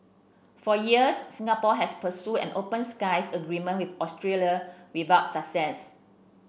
for years Singapore has pursued an open skies agreement with Australia without success